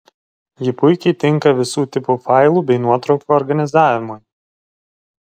ji puikiai tinka visų tipų failų bei nuotraukų organizavimui